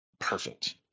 Perfect